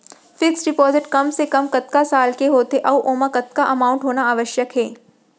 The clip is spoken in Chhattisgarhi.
फिक्स डिपोजिट कम से कम कतका साल के होथे ऊ ओमा कतका अमाउंट होना आवश्यक हे?